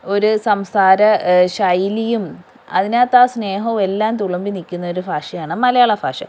ഒരു സംസാര ശൈലിയും അതിനകത്ത് ആ സ്നേഹവും എല്ലാം തുളുമ്പി നിൽക്കുന്ന ഒരു ഭാഷയാണ് മലയാളഭാഷ